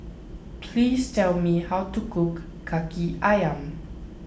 please tell me how to cook Kaki Ayam